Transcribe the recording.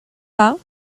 pas